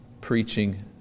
preaching